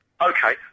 Okay